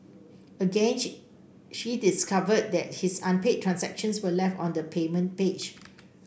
again she she discovered that his unpaid transactions were left on the payment page